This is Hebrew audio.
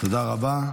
תודה רבה.